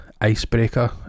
icebreaker